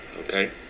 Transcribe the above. okay